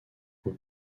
aux